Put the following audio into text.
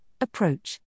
approach